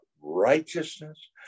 righteousness